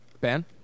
Ben